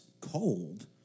cold